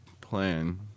plan